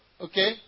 Okay